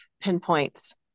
pinpoints